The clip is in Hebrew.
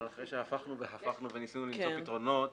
אבל אחרי שהפכנו והפכנו וניסינו למצוא פתרונות,